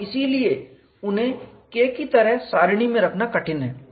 और इसीलिए उन्हें K की तरह सारिणी टेबल में रखना कठिन है